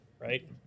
right